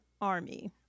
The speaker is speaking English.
army